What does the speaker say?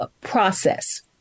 process